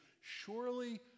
surely